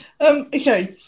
okay